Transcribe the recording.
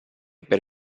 per